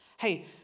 Hey